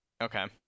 Okay